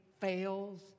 fails